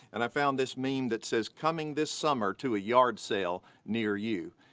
and i found this meme that says coming this summer to a yard sale near you.